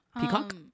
Peacock